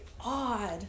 odd